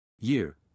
Year